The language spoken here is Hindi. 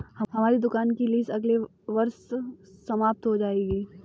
हमारी दुकान की लीस अगले वर्ष समाप्त हो जाएगी